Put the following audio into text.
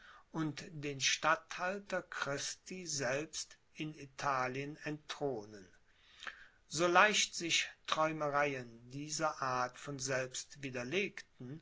und den statthalter christi selbst in italien entthronen so leicht sich träumereien dieser art von selbst widerlegten